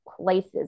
places